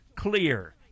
Clear